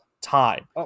time